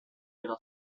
pero